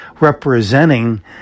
representing